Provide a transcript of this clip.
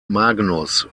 magnus